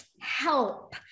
help